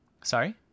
Sorry